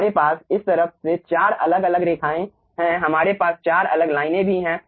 हमारे पास इस तरफ से 4 अलग अलग रेखाएँ हैं हमारे पास 4 अलग लाइनें भी हैं